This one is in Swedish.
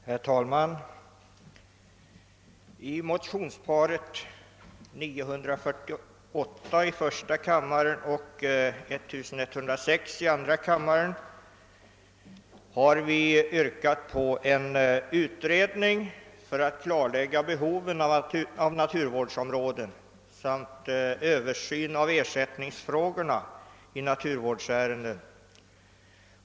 Herr talman! I motionsparet I:948 och II: 1106 har vi yrkat på en utredning för att klarlägga behovet av naturvårdsområden samt begärt en översyn av ersättningsfrågorna i naturvårdsärenden.